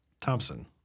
Thompson